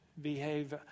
behave